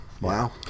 Wow